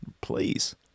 Please